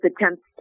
attempts